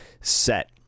set